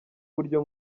buryo